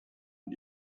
mit